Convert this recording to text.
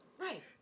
Right